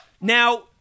now